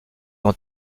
dans